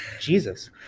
Jesus